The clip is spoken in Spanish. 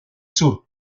sur